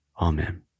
Amen